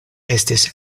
estis